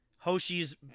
Hoshi's